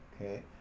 Okay